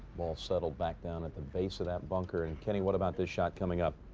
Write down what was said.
ball settled back down at the base of that bunker and kenny. what about the shot coming up?